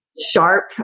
sharp